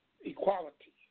Equality